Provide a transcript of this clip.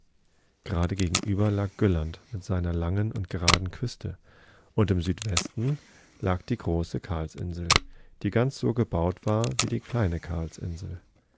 gerade gegenüber lag gulland mit seiner langen und geraden küste und im südwesten lag die große karlsinsel die ganz so gebaut war wie die kleine